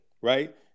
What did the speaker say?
right